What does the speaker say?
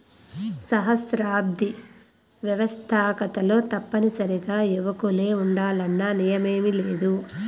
సహస్రాబ్ది వ్యవస్తాకతలో తప్పనిసరిగా యువకులే ఉండాలన్న నియమేమీలేదు